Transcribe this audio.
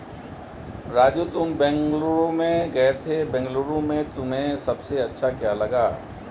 राजू तुम बेंगलुरु गए थे बेंगलुरु में तुम्हें सबसे अच्छा क्या लगा?